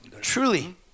Truly